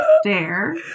stare